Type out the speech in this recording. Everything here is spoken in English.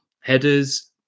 headers